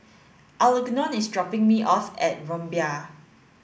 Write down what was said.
Algernon is dropping me off at Rumbia